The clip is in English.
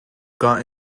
got